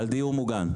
על דיור מוגן.